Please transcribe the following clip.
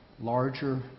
larger